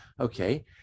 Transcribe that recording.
Okay